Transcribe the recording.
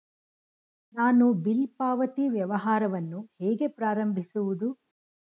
ನಾನು ಬಿಲ್ ಪಾವತಿ ವ್ಯವಹಾರವನ್ನು ಹೇಗೆ ಪ್ರಾರಂಭಿಸುವುದು?